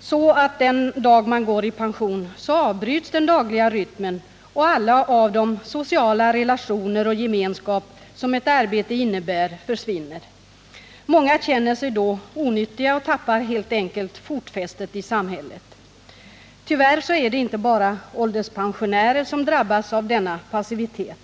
så att den dag man går i pension avbryts den dagliga rytmen och alla de sociala relationer och den gemenskap som ett arbete innebär försvinner. Många känner sig då onyttiga och tappar helt enkelt fotfästet i samhället. Tyvärr är det inte bara ålderspensionärer som drabbas av denna passivitet.